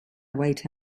wait